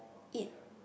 eat